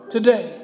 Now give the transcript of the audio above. Today